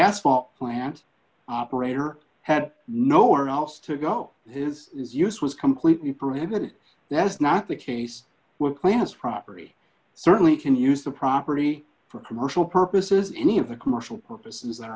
asphalt plant operator had nowhere else to go his is use was completely prohibited that is not the case with plants property certainly can use the property for commercial purposes any of the commercial purposes that are